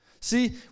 See